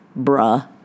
Bruh